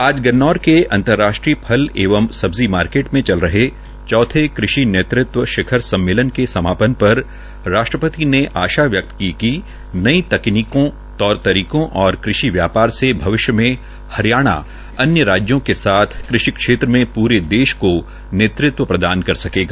आज गन्नौर के अंतर्राष्ट्रीय फल एंव सब्जी मार्केट में चल रहे चौथे कृषि नेतृत्व शिखर सम्मेलन के समानपन पर राष्ट्रपति ने आशा व्यक्त की कि नई तकनीकों तौर तरीकों और कृषि व्यापार से भविष्य में हरियाणा अन्य राज्यों के साथ कृषि क्षेत्र में पूरे देश को नेतृत्व प्रदान कर सकेगा